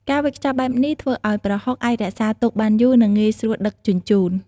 ការវេចខ្ចប់បែបនេះធ្វើឱ្យប្រហុកអាចរក្សាទុកបានយូរ និងងាយស្រួលដឹកជញ្ជូន។